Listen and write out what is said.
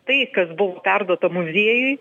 tai kas buvo perduota muziejui